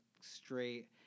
straight